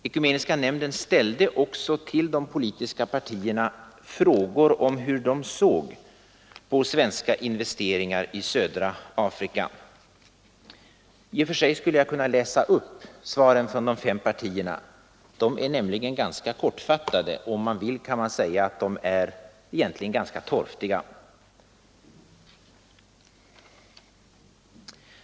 Ekumeniska nämnden ställde även till de politiska partierna frågor om hur de såg på svenska investeringar i södra Afrika. I och för sig skulle jag kunna läsa upp svaren från de fem partierna. Svaren är nämligen rätt kortfattade, och om man vill kan man säga att de egentligen är ganska torftiga.